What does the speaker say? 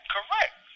Correct